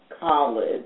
college